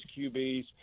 QBs